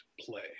play